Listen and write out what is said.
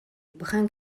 brun